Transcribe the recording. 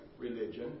religion